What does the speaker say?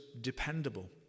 dependable